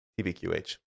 TBQH